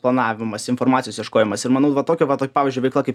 planavimas informacijos ieškojimas ir manau va tokio vat pavyzdžiui veikla kaip